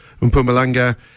Mpumalanga